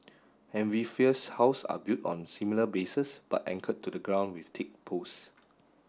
amphibious house are built on similar bases but anchored to the ground with thick post